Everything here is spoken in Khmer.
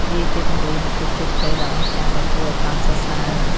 វាជាគំរូនៃភាពជោគជ័យដ៏អស្ចារ្យដែលគួរឱ្យកោតសរសើរ។